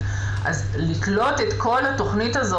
מפורטת שתלווה בתסקיר השפעה על הסביבה,